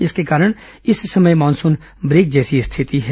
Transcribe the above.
इसके कारण इस समय मानसून ब्रेक जैसी स्थिति है